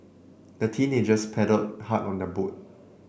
the teenagers paddled hard on their boat